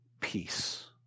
peace